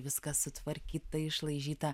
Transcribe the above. viskas sutvarkyta išlaižyta